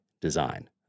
design